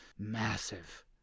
massive